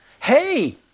hey